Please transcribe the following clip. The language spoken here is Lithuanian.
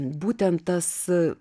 būtent tas